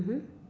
mmhmm